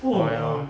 but ya